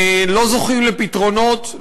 לא זוכים לפתרונות,